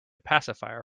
pacifier